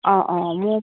অ' অ' মোক